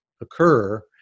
occur